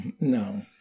No